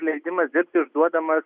leidimas dirbti išduodamas